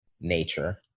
nature